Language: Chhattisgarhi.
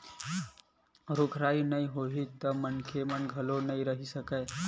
रूख राई नइ होही त मनखे घलोक नइ रहि सकय